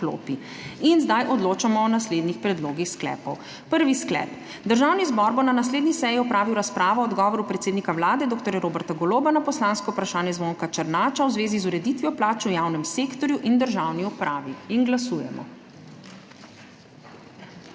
Zdaj odločamo o naslednjih predlogih sklepov. Prvi sklep: Državni zbor bo na naslednji seji opravil razpravo o odgovoru predsednika Vlade dr. Roberta Goloba na poslansko vprašanje zvonka Černača v zvezi z ureditvijo plač v javnem sektorju in državni upravi. Glasujemo.